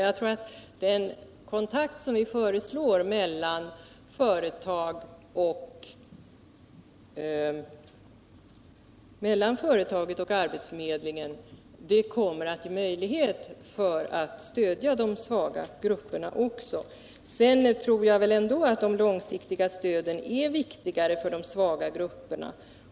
Jag tror att den kontakt mellan företaget och arbetsförmedlingen som vi föreslår kommer att ge oss möjlighet att stödja de svaga grupperna också. Jag tror ändå att det långsiktiga stödet är viktigt för de svaga grupperna.